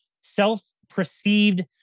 self-perceived